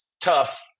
tough